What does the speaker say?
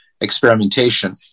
experimentation